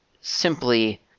simply